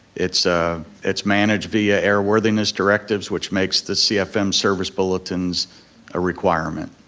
it's ah it's managed via airworthiness directives which makes the cfm service bulletins a requirement.